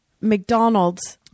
McDonald's